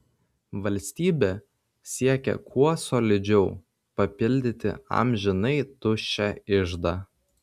valstybė siekia kuo solidžiau papildyti amžinai tuščią iždą